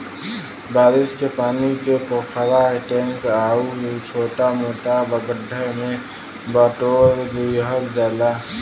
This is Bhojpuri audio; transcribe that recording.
बारिश के पानी के पोखरा, टैंक आउर छोटा मोटा गढ्ढा में बटोर लिहल जाला